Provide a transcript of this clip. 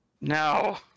No